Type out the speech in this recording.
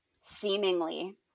seemingly